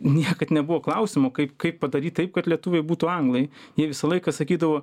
niekad nebuvo klausimo kaip kaip padaryt taip kad lietuviai būtų anglai jie visą laiką sakydavo